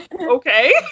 okay